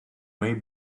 may